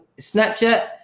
Snapchat